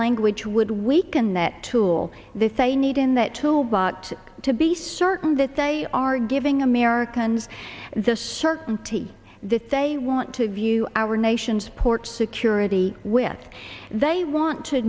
language would weaken that tool they say need in that too but to be certain that they are giving americans the certainty that they want to view our nation's port security when they want to